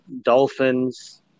dolphins